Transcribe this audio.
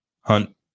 Hunt